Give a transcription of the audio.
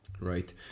right